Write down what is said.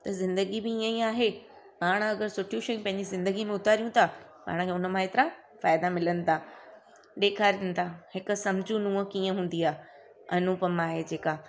त ज़िंदगी बि ईअं आहे पाण अगरि सुठी शयूं पंहिंजी ज़िंदगी में उतारियूं था पाण हुन मां हेतिरा फ़ाइदा मिलनि था ॾेखारीनि था हिकु सम्झू नूंहं कीअं हूंदी आहे अनुपमा आहे जेका